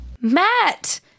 Matt